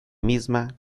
misma